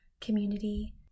community